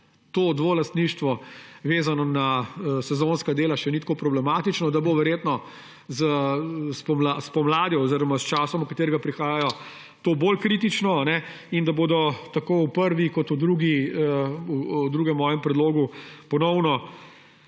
to dvolastništvo, vezano na sezonska dela, še ni tako problematično, da bo verjetno spomladi oziroma s časom, v katerega prihajajo, to bolj kritično in da bodo tako o prvem kot o drugem mojem predlogu ponovno